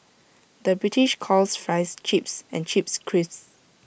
the British calls Fries Chips and Chips Crisps